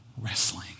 wrestling